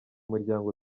muryango